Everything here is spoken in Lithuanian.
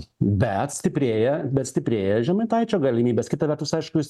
bet stiprėja bet stiprėja žemaitaičio galimybės kita vertus aišku jisai